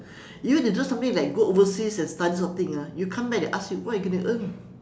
you deserve something like go overseas and study this kind of thing ah you come back they ask you what you going to earn